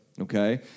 Okay